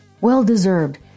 well-deserved